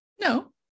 no